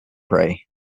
prey